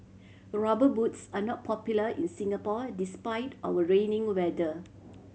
Rubber Boots are not popular in Singapore despite our rainy weather